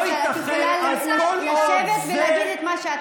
אז לא ייתכן, חברת הכנסת גלית דיסטל, את יכולה,